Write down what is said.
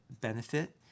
benefit